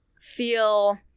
feel